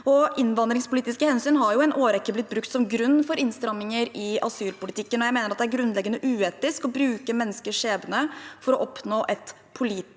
Innvandringspolitiske hensyn har i en årrekke blitt brukt som grunn for innstramninger i asylpolitikken, og jeg mener det er grunnleggende uetisk å bruke menneskers skjebne for å oppnå et politisk